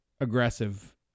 aggressive